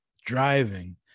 driving